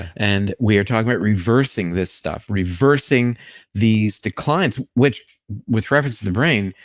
and we're talking about reversing this stuff, reversing these declines, which with reference to the brain,